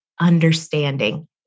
understanding